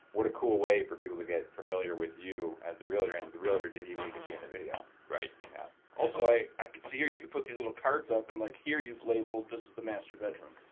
what a cool way for people to get familiar with you, as the realtor and the realtor didn't you need to be in the video. right. yeah. also, i i can see here you can put these little cards up and like here you've labeled, this is the master bedroom.